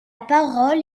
parole